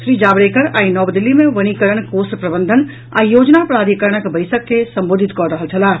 श्री जावड़ेकर आई नव दिल्ली मे वनीकरण कोष प्रबंधन आ योजना प्राधिकरणक बैसक के संबोधित कऽ रहल छलाह